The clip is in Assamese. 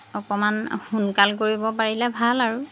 অকণমান সোনকাল কৰিব পাৰিলে ভাল আৰু